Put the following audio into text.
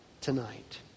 tonight